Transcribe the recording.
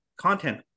content